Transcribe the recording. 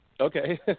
Okay